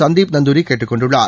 சந்தீப் நந்தூரி கேட்டுக் கொண்டுள்ளார்